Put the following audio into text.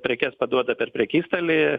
prekes paduoda per prekystalį